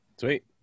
Sweet